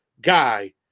guy